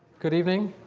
good evening.